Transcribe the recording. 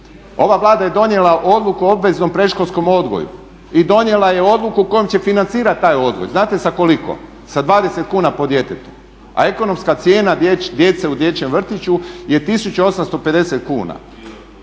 Ova Vlada je donijela odluku o obveznom predškolskom odgoju i donijela je odluku kojom će financirati taj odgoj. Znate sa koliko? Sa 20 kn po djetetu. A ekonomska cijena djece u dječjem vrtiću je 1850 kn